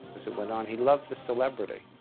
as it went on, he loved the celebrity.